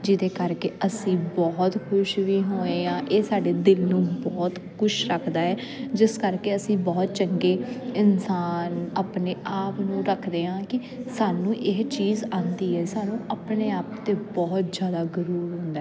ਜਿਹਦੇ ਕਰਕੇ ਅਸੀਂ ਬਹੁਤ ਖੁਸ਼ ਵੀ ਹੋਏ ਹਾਂ ਇਹ ਸਾਡੇ ਦਿਲ ਨੂੰ ਬਹੁਤ ਖੁਸ਼ ਰੱਖਦਾ ਹੈ ਜਿਸ ਕਰਕੇ ਅਸੀਂ ਬਹੁਤ ਚੰਗੇ ਇਨਸਾਨ ਆਪਣੇ ਆਪ ਨੂੰ ਰੱਖਦੇ ਹਾਂ ਕਿ ਸਾਨੂੰ ਇਹ ਚੀਜ਼ ਆਉਂਦੀ ਹੈ ਸਾਨੂੰ ਆਪਣੇ ਆਪ 'ਤੇ ਬਹੁਤ ਜ਼ਿਆਦਾ ਗਰੂਰ ਹੁੰਦਾ